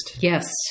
Yes